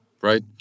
right